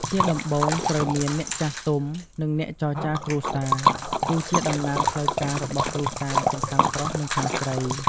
ជាដំបូងត្រូវមាន អ្នកចាស់ទុំ និងអ្នកចរចារគ្រួសារ គឺជាតំណាងផ្លូវការរបស់គ្រួសារ ទាំងខាងប្រុស និងខាងស្រី។